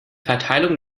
verteilung